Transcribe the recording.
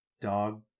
dog